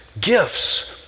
gifts